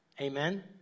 Amen